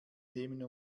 nehmen